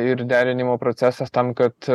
ir derinimo procesas tam kad